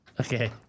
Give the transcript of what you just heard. Okay